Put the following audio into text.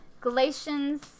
Galatians